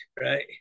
right